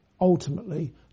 ultimately